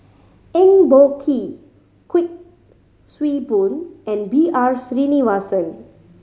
Eng Boh Kee Kuik Swee Boon and B R Sreenivasan